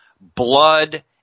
blood